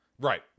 Right